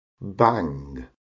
bang